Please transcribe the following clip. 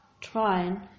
trying